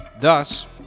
Thus